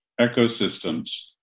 ecosystems